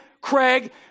Craig